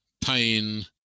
pain